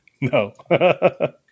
No